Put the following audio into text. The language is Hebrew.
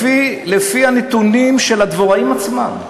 לפי הנתונים של הדבוראים עצמם,